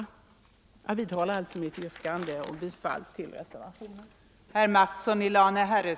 Jag vidhåller alltså mitt yrkande om bifall till reservationen.